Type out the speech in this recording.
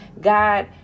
God